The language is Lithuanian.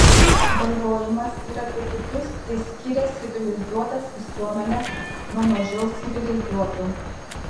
galvojimas ir apie kitus tai skiria civilizuotas visuomenes nuo mažiau civilizuotų